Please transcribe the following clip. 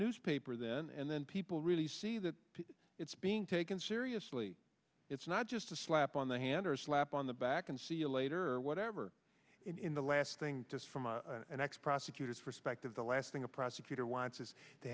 newspaper then and then people really see that it's being taken seriously it's not just a slap on the hand or a slap on the back and see you later or whatever in the last thing this from a an ex prosecutor's perspective the last thing a prosecutor wants is t